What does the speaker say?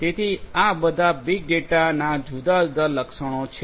તેથી આ બધા બીગ ડેટાના જુદા જુદા લક્ષણો છે